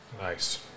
Nice